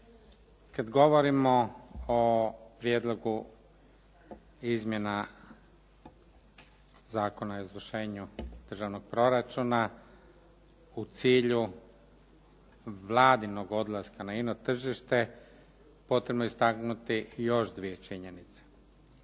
Kad govorimo o Prijedlogu izmjena Zakona o izvršenju državnog proračuna u cilju Vladinog odlaska na ino tržište potrebno je istaknuti još dvije činjenice.